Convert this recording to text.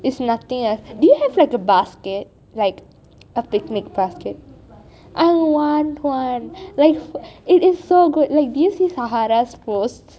it's nothing do you have like a basket like a picnic basket I want one like it is so good like did you see sahara's post